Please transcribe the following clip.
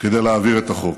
כדי להעביר את החוק.